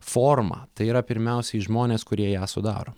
forma tai yra pirmiausiai žmonės kurie ją sudaro